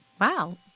Wow